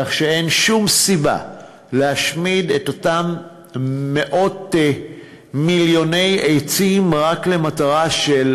כך שאין שום סיבה להשמיד את אותם מיליוני עצים רק למטרה של